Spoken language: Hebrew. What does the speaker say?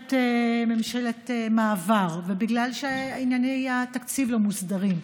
ממשלת מעבר ובגלל שענייני התקציב לא מוסדרים,